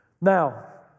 Now